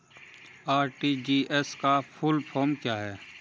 RTGS का full form क्या है?